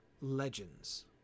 legends